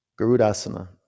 Garudasana